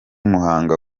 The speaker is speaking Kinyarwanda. muhanga